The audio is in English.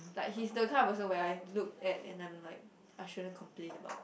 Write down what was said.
like he's the kind of person where I look at and I'm like I shouldn't complain about